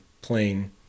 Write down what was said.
plane